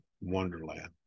wonderland